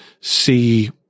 see